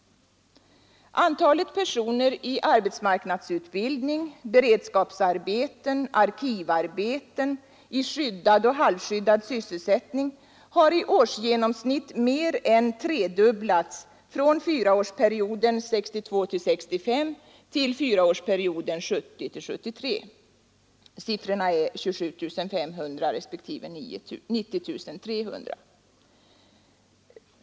Antalet personer i arbetsmarknadsutbildning, beredskapsarbeten, arkivarbeten, i skyddad och halvskyddad sysselsättning har i årsgenomsnitt mer än tredubblats från fyraårsperioden 1962-1965 till fyraårsperioden 1970-1973. Siffrorna är 27 500 respektive 90 300.